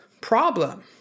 problem